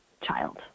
child